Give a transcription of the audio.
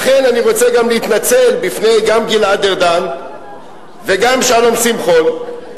לכן אני רוצה גם להתנצל בפני גלעד ארדן וגם שלום שמחון,